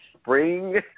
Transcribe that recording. spring